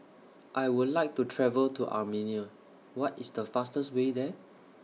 I Would like to travel to Armenia What IS The fastest Way There